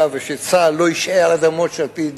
וכדי שצה"ל לא ישהה על אדמות שעל-פי